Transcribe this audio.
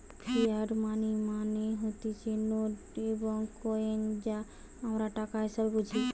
fiat money মানে হতিছে note এবং কইন যা আমরা টাকা হিসেবে বুঝি